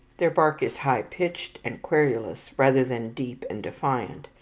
their bark is high-pitched and querulous rather than deep and defiant,